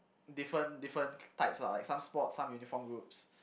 different different types lah like some sports some uniform groups